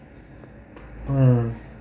mm